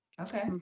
okay